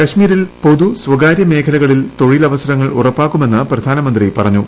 കാശ്മീരിൽ പൊതു സ്ഥകാര്യ മേഖലകളിൽ തൊഴിലവസരങ്ങൾ ഉറപ്പാക്കുമെന്ന് പ്രധാനമന്ത്രി പറഞ്ഞു